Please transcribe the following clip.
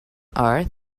earth